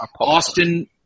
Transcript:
Austin